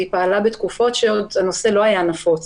והיא פעלה בתקופות שהנושא לא היה נפוץ.